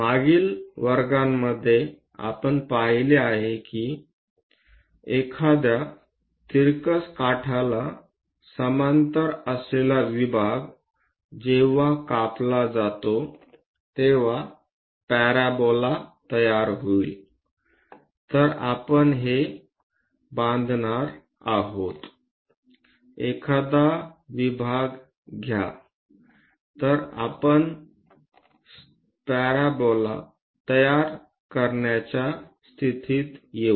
मागील वर्गांमध्ये आपण पाहिले आहे की एखाद्या तिरकस काठाला समांतर असलेला विभाग जेव्हा कापला जातो तेव्हा पॅराबोला तयार होईल जर आपण हे बांधणार आहोत एखादा विभाग घ्या तर आपण पॅराबोला तयार करण्याच्या स्थितीत येऊ